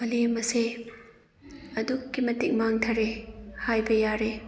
ꯃꯥꯂꯦꯝ ꯑꯁꯦ ꯑꯗꯨꯒꯤ ꯃꯇꯤꯛ ꯃꯥꯡꯊꯔꯦ ꯍꯥꯏꯕ ꯌꯥꯔꯦ